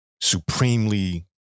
supremely